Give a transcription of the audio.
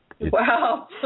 Wow